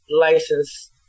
license